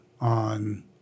on